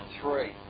three